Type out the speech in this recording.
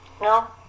No